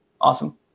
Awesome